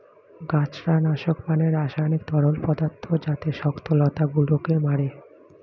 গাছড়া নাশক মানে রাসায়নিক তরল পদার্থ যাতে শক্ত লতা গুলোকে মারে